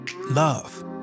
love